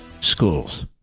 schools